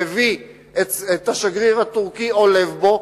מביא את השגריר הטורקי ועולב בו,